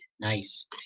Nice